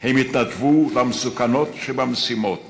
הם התנדבו למסוכנות שבמשימות